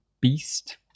Beast